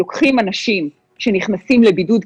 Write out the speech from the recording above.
לוקחים אנשים שנכנסים לבידוד,